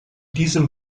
diesem